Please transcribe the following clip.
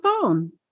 phone